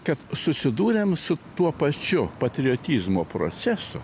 kad susidūrėm su tuo pačiu patriotizmo procesu